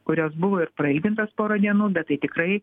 kurios buvo ir prailgintos pora dienų bet tai tikrai